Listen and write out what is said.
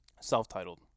self-titled